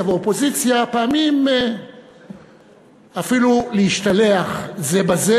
לאופוזיציה פעמים אפילו להשתלח זה בזה,